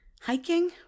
Hiking